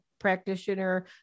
practitioner